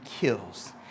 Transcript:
kills